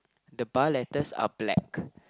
the bar letters are black